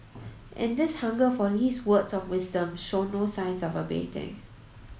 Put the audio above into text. and this hunger for Lee's words of wisdom show no signs of abating